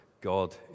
God